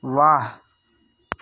वाह